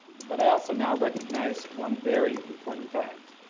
but i also now recognize one very important fact.